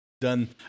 done